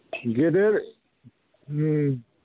गिदिर उम